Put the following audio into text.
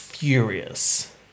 furious